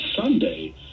Sunday